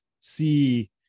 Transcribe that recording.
see